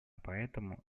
поэтому